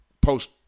post